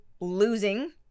losing